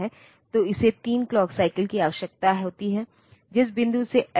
फिर ये 2 pin S0 और S1 उस चरण को बताते हैं जिसमे माइक्रोप्रोसेसर इस समय बिंदु पर होता है